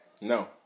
no